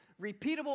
repeatable